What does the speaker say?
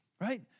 right